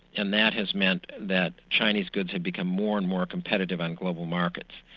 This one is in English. and that has meant that chinese goods have become more and more competitive on global markets.